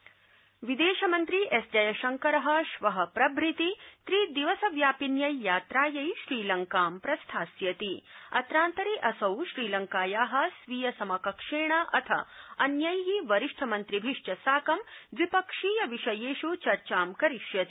जयशंकर विदेशमन्त्री डॉ एस् जयशंकर श्व प्रभृति त्रि दिवस व्यापिन्यै यात्रायै श्रीलंका प्रस्थास्यति अत्रान्तरे असौ श्रीलंकाया स्वीय समकक्षेण अथ अन्यै वरिष्ठ मन्त्रिभिश्च साकं द्विपक्षीय विषयेष् चर्चा करिष्यति